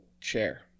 chair